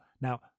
Now